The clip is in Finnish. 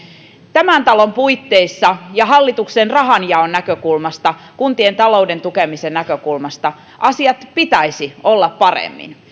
tämän talon puitteissa ja hallituksen rahanjaon näkökulmasta kuntien talouden tukemisen näkökulmasta asioiden pitäisi olla paremmin